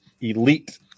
Elite